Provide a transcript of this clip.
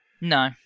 no